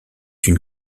une